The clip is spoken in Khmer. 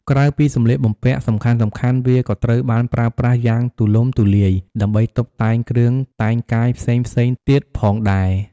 ក្រៅពីសម្លៀកបំពាក់សំខាន់ៗវាក៏ត្រូវបានប្រើប្រាស់យ៉ាងទូលំទូលាយ ដើម្បីតុបតែងគ្រឿងតែងកាយផ្សេងៗទៀតផងដែរ។